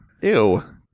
Ew